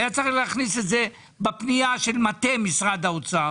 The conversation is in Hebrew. היה צריך להכניס את זה בפנייה של מטה משרד האוצר,